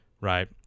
right